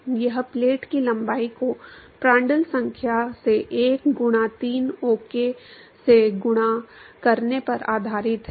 यह प्लेट की लंबाई को प्रांटल संख्या से 1 गुणा 3 ओके से गुणा करने पर आधारित है